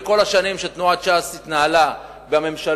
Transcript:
בכל השנים שתנועת ש"ס התנהלה בממשלות,